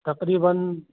تقریباً